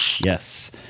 Yes